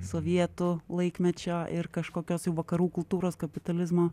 sovietų laikmečio ir kažkokios jau vakarų kultūros kapitalizmo